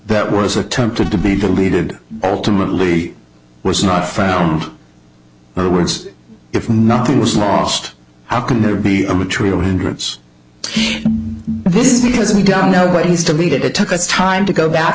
that was attempted to be deleted timidly was not found or words if nothing was lost how can there be a material hindrance this is because we don't know what he's to be that it took us time to go back